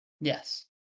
Yes